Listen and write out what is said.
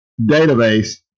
database